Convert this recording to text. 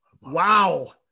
Wow